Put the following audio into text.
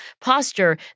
posture